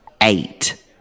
Eight